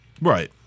Right